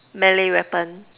melee weapon